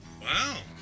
Wow